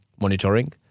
monitoring